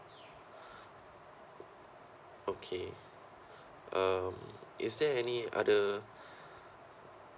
okay um is there any other